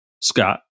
Scott